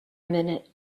minute